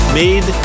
made